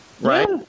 Right